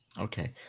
Okay